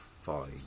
fine